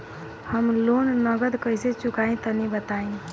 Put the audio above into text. हम लोन नगद कइसे चूकाई तनि बताईं?